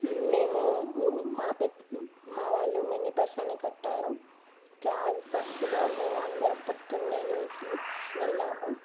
మేము మా పెద్ద మా వాళ్ళు మినీబస్ అని కట్టారు బస్లో మేము అందరం పొద్దున్నే లేచి వెళ్ళాము